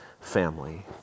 family